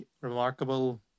remarkable